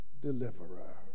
deliverer